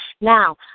Now